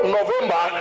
November